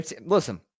Listen